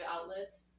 outlets